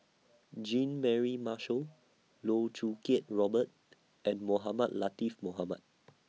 Jean Mary Marshall Loh Choo Kiat Robert and Mohamed Latiff Mohamed